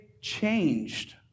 changed